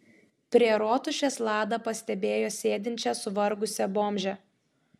prie rotušės lada pastebėjo sėdinčią suvargusią bomžę